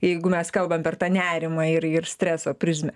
jeigu mes kalbam per tą nerimą ir ir streso prizmę